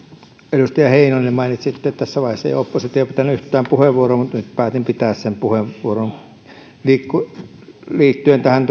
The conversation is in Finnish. edustaja heinonen mainitsitte että tässä vaiheessa ei ole oppositio pitänyt yhtään puheenvuoroa nyt päätin pitää sen puheenvuoron liittyen tähän